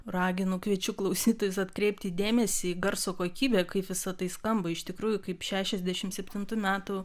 raginu kviečiu klausytojus atkreipti dėmesį į garso kokybę kaip visa tai skamba iš tikrųjų kaip šešiasdešim septintų metų